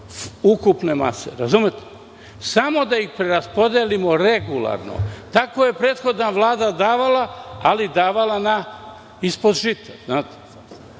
ukupne mase, samo da ih preraspodelimo regularno. Tako je prethodna Vlada davala, ali davala ispod žita.